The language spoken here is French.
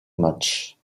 matchs